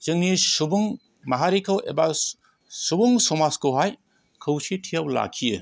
जोंनि सुबुं माहारिखौ एबा सुबुं समाजखौहाय खौसेथियाव लाखियो